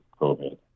COVID